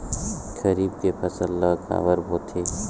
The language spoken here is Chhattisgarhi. खरीफ के फसल ला काबर बोथे?